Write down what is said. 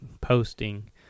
posting